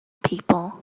people